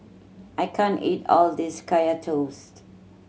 I can't eat all of this Kaya Toast